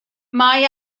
mae